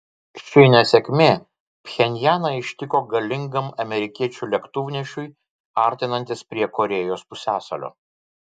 ši nesėkmė pchenjaną ištiko galingam amerikiečių lėktuvnešiui artinantis prie korėjos pusiasalio